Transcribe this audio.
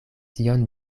tion